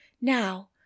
Now